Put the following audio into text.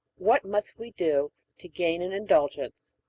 what must we do to gain an indulgence?